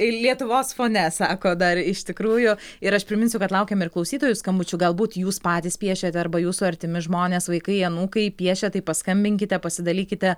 lietuvos fone sako dar iš tikrųjų ir aš priminsiu kad laukiame ir klausytojų skambučių galbūt jūs patys piešėte arba jūsų artimi žmonės vaikai anūkai piešė tai paskambinkite pasidalykite